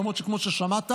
למרות שכמו ששמעת,